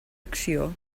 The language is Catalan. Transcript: acció